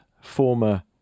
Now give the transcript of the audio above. former